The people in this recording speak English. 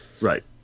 Right